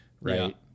right